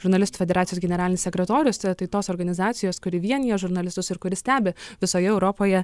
žurnalistų federacijos generalinis sekretorius tai tos organizacijos kuri vienija žurnalistus ir kuri stebi visoje europoje